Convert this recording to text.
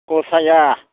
फसाया